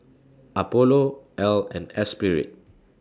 Apollo Elle and Espirit